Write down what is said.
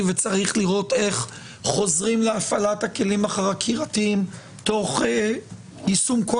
וצריך לראות איך חוזרים להפעלת הכלים החקירתיים תוך יישום כל